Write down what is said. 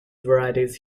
varieties